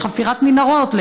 לחפירת מנהרות,